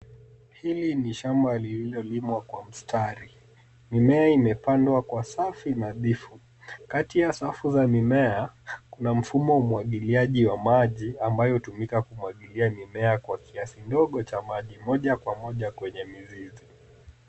Hili ni shamba lililolimwa kwa mstari. Mimea imepandwa kwa safu nadhifu. Kati ya safu za mimea, kuna mfumo wa umwagiliaji wa maji ambayo hutumika kumwagilia mimea kwa kiasi ndogo cha maji moja kwa moja kwenye mizizi.